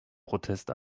protest